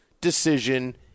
decision